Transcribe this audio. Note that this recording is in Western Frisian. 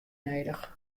nedich